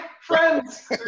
friends